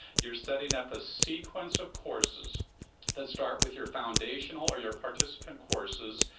you're setting up a sequence of courses that start with your foundational or your participant courses.